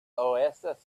oasis